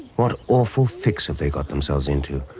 what awful fix have they got themselves into,